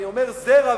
אני אומר: זרע,